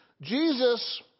Jesus